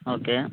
okay